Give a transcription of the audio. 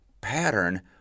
pattern